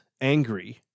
angry